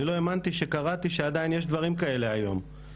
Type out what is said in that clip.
אני לא האמנתי כשקראתי שעדיין יש דברים כאלה היום.